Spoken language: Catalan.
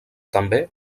també